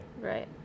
Right